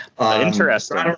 Interesting